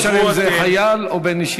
זה לא משנה אם זה חייל או בן-ישיבה.